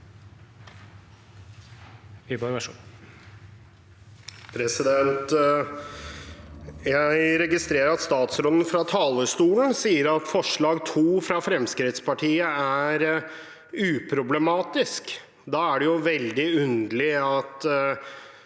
Jeg registrerer at statsråden fra talerstolen sier at forslag nr. 2, fra Fremskrittspartiet, er uproblematisk. Da er det jo veldig underlig at